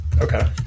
Okay